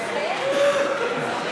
אליו.